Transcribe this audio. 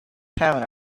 having